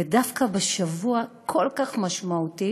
ודווקא בשבוע כל כך משמעותי